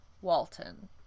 Walton